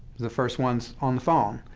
the first one's on the phone.